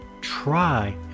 try